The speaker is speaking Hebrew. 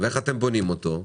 ואיך אתם בונים אותו,